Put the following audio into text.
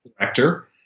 director